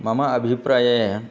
मम अभिप्राये